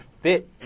fit